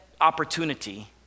opportunity